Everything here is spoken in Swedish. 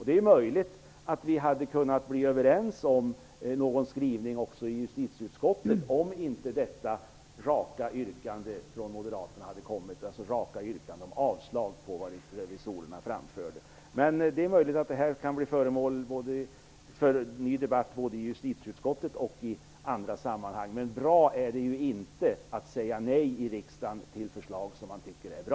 Det är möjligt att vi hade kunnat komma överens om någon skrivning också i justitieutskottet, om inte raka yrkanden om avslag på revisorernas förslag hade kommit från moderaterna. Det är möjligt att det här kan bli föremål för ny debatt både i justitieutskottet och i andra sammanhang, men bra är det ju inte att i riksdagen säga nej till förslag som man tycker är bra.